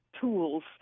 tools